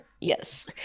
Yes